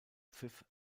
pfiff